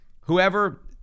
whoever